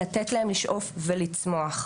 לתת להם לשאוף ולצמוח.